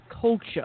culture